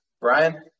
Brian